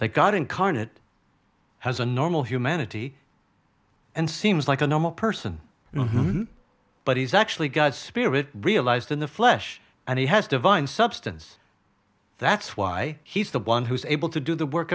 that god incarnate has a normal humanity and seems like a normal person but he's actually god's spirit realized in the flesh and he has divine substance that's why he's the one who's able to do the work